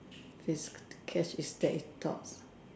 catch is that is talks